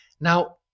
Now